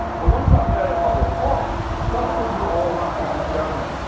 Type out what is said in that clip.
but once that credit bubble pops, suddenly you all have to be germany.